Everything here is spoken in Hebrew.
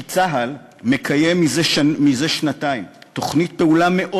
כי צה"ל מקיים זה שנתיים תוכנית פעולה מאוד